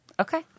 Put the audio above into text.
Okay